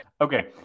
Okay